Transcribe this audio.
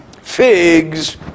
figs